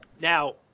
Now